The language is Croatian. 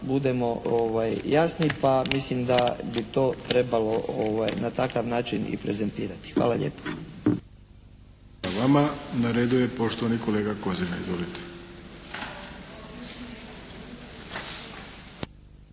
budemo jasni. Pa mislim da bi to trebalo na takav način i prezentirati. Hvala lijepo.